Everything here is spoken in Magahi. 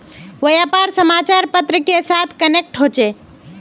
व्यापार समाचार पत्र के साथ कनेक्ट होचे?